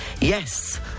Yes